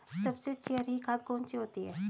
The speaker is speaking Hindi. सबसे अच्छी हरी खाद कौन सी होती है?